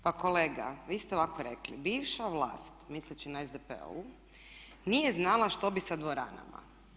Pa kolega vi ste ovako rekli, bivša vlast, misleći na SDP-ovu, nije znala što bi sa dvoranama.